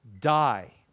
die